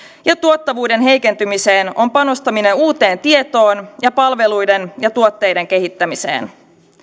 ja tuottavuuden heikentymiseen on panostaminen uuteen tietoon ja palveluiden ja tuotteiden kehittämiseen